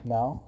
Now